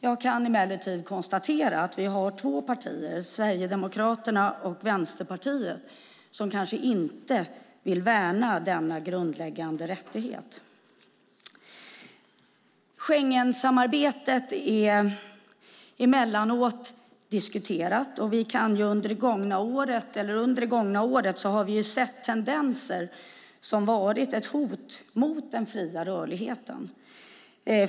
Jag kan emellertid konstatera att vi har två partier, Sverigedemokraterna och Vänsterpartiet, som kanske inte vill värna denna grundläggande rättighet. Schengensamarbetet är emellanåt diskuterat, och under det gångna året har vi sett tendenser som utgjort ett hot mot den fria rörligheten.